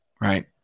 Right